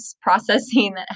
processing